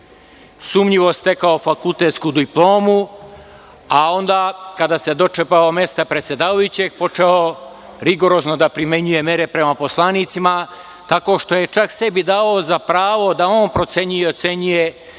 Sumnjivo je stekao fakultetsku diplomu, a onda, kada se dočepao mesta predsedavajućeg, počeo je rigorozno da primenjuje mere prema poslanicima tako što je čak sebi davao za pravo da on procenjuje i ocenjuje